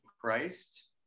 Christ